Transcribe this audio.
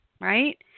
right